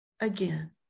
again